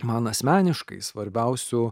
man asmeniškai svarbiausiu